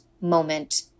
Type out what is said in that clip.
moment